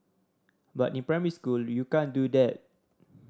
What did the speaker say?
but in primary school you can't do that